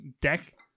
deck